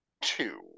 two